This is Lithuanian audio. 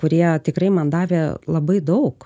kurie tikrai man davė labai daug